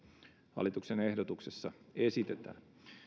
hallituksen ehdotuksessa esitetään